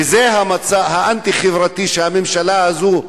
וזה המצע האנטי-חברתי שמוליכה הממשלה הזאת,